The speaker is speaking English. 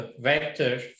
vector